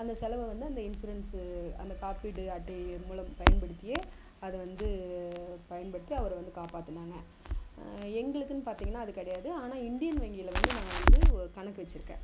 அந்த செலவை வந்து அந்த இன்சூரன்ஸ் அந்த காப்பீடு அட்டையின் மூலம் பயன்படுத்தி அதை வந்து பயன்படுத்தி அவரை வந்து காப்பாற்றினாங்க எங்களுக்கெனு பார்த்தீங்கன்னா அது கிடையாது ஆனால் இந்டியன் வங்கியில் வந்து நான் ஒரு கணக்கு வச்சுருக்கேன்